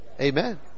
Amen